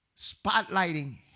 spotlighting